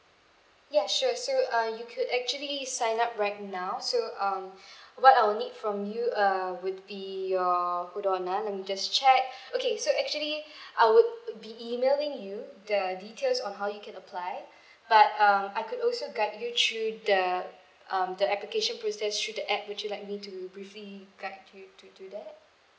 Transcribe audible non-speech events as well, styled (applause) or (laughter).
ya sure so uh you could actually sign up right now so um (breath) what I'll need from you uh would be your hold on ah let me just check okay so actually (breath) I would be emailing you the details on how you can apply but um I could also guide you through the um the application process through the app would you like me to briefly guide you to do that